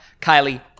kylie